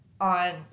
on